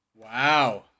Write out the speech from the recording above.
Wow